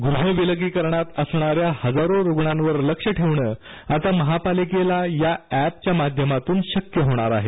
गृह विलगीकरणात असणाऱ्या हजारो रुग्णांवर लक्ष ठेवणे आता महापालिकेला या एपच्या माध्यमातून शक्य होणार आहे